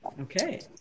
Okay